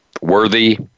worthy